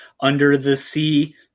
under-the-sea